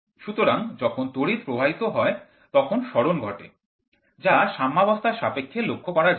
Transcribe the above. সুতরাং যখন তড়িৎ প্রবাহিত হয় তখন সরণ ঘটে যা সাম্যবস্থার সাপেক্ষে লক্ষ্য করা যায়